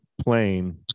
plane